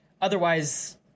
Otherwise